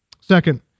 Second